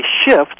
shift